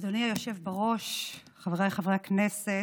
אדוני היושב בראש, חבריי חברי הכנסת,